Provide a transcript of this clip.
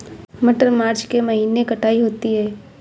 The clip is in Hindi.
मटर मार्च के महीने कटाई होती है?